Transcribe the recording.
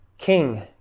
king